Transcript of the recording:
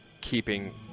Keeping